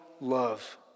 love